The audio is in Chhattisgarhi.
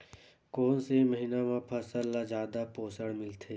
कोन से महीना म फसल ल जादा पोषण मिलथे?